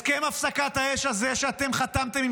הסכם הפסקת האש הזה שאתם חתמתם עם